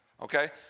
okay